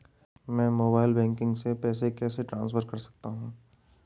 मैं mobile banking से पैसे कैसे ट्रांसफर कर सकता हूं?